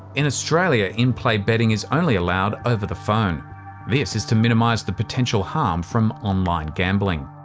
in australia in-play betting is only allowed over the phone this is to minimise the potential harm from online gambling.